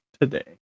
today